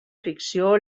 ficció